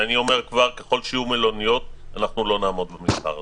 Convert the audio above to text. ואני אומר כבר: ככל שיהיו מלוניות אנחנו לא נעמוד במספר הזה.